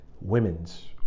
women's